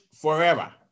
forever